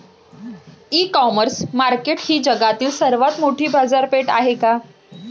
इ commerce market ही जगातील सर्वात मोठी बाजारपेठ आहे का?